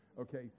okay